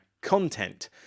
content